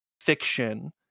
fiction